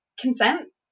consent